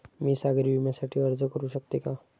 मी सागरी विम्यासाठी अर्ज करू शकते का?